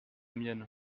mienne